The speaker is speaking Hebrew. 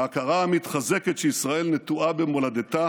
להכרה המתחזקת שישראל נטועה במולדתה